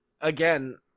Again